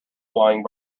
flying